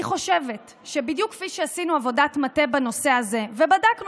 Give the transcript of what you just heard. אני חושבת שבדיוק כפי שעשינו עבודת מטה בנושא הזה ובדקנו